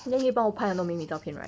then 你可以帮我拍很多美美照片 right